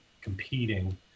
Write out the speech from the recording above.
competing